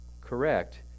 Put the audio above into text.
correct